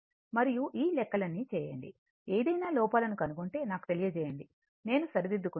మరియు ఈ లెక్కలన్నీ చేయండి ఏదయినా లోపాలను కనుగొంటే నాకు తెలియజేయండి నేను సరిదిద్దుకుంటాను